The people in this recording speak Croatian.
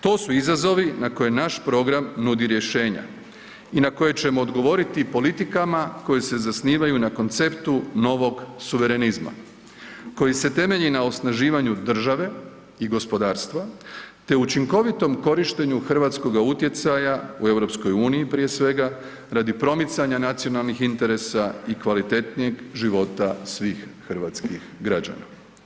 To su izazovi na koje naš program nudi rješenja i na koje ćemo odgovoriti politikama koje se zasnivaju na konceptu novog suverenizma, koji se temelji na osnaživanju države i gospodarstva te učinkovitom korištenju hrvatskoga utjecaja u EU prije svega, radi promicanja nacionalnih interesa i kvalitetnijeg života svih hrvatskih građana.